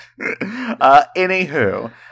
Anywho